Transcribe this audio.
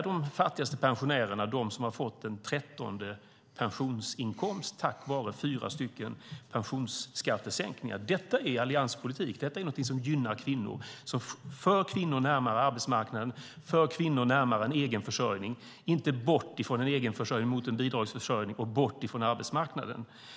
De fattigaste pensionärerna är de som har fått en trettonde pensionsinkomst tack vare fyra pensionsskattesänkningar. Detta är allianspolitik. Detta är något som gynnar kvinnor och som för kvinnor närmare arbetsmarknaden och för kvinnor närmare en egen försörjning, inte bort ifrån en egen försörjning mot en bidragsförsörjning och bort ifrån arbetsmarknaden.